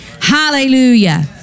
Hallelujah